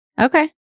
Okay